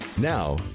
now